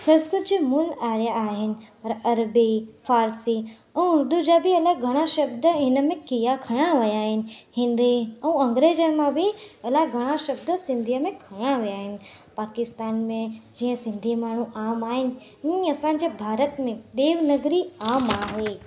संस्कृत जे मूल आहियां आहिनि अ अरबी फारसी ऐं उर्दू जा बि अलाए घणा शब्द इनमें किया खया विया आहिनि हिंदी ऐं अंग्रेजी मां बि अलाए घणा शब्द सिंधीअ में खया विया आहिनि पाकिस्तान में जीअं सिंधी माण्हू आम आहिनि ईअं असांजे भारत में देवनगरी आम आहे